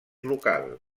local